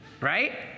right